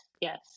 Yes